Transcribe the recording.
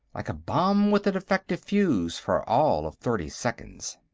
like a bomb with a defective fuse, for all of thirty seconds.